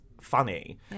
funny